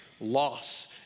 loss